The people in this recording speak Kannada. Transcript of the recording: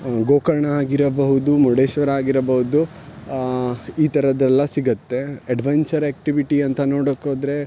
ಗೋಕರ್ಣ ಆಗಿರಬಹುದು ಮುರ್ಡೇಶ್ವರ ಆಗಿರಬಹುದು ಈ ಥರದ್ದು ಎಲ್ಲ ಸಿಗುತ್ತೆ ಎಡ್ವೆಂಚರ್ ಆ್ಯಕ್ಟಿವಿಟಿ ಅಂತ ನೋಡೋಕ್ಕೋದರೆ